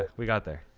ah we got there.